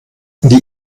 die